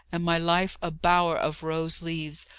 and my life a bower of rose-leaves,